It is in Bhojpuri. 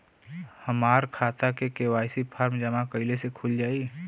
हमार खाता के.वाइ.सी फार्म जमा कइले से खुल जाई?